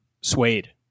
suede